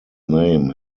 name